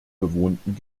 bewohnten